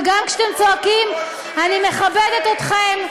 וגם כשאתם צועקים אני מכבדת אתכם.